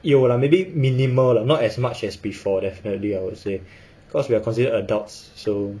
有 lah maybe minimal lah not as much as before definitely I would say cause we are considered adults so